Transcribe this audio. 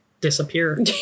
disappear